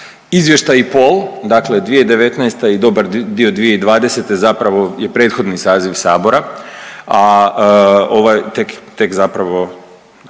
izvještaj i pol, dakle 2019. i dobar dio 2020. zapravo je prethodni saziv sabora, a ovaj tek, tek zapravo